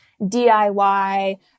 DIY